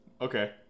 Okay